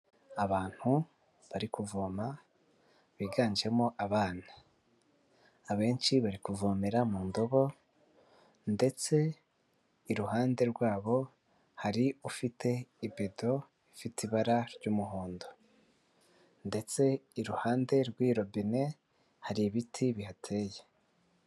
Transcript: Abantu bari kuvoma biganjemo abana, abenshi bari kuvomera mu ndobo, ndetse iruhande rwabo hari ufite ibido ifite ibara ry'umuhondo, ndetse iruhande rw'iyi robine hari ibiti bihateye.